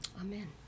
Amen